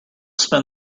spend